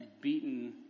beaten